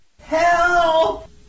Help